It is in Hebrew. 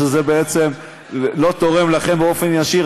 אני למדתי: איפה שזה לא תורם לכם באופן ישיר,